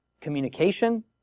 communication